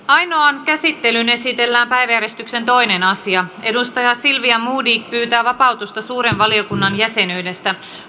ainoaan käsittelyyn esitellään päiväjärjestyksen toinen asia silvia modig pyytää vapautusta suuren valiokunnan jäsenyydestä